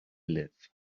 live